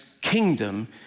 kingdom